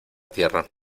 tierra